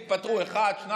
התפטרו אחד,